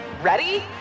Ready